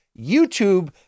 YouTube